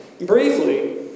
Briefly